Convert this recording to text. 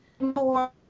more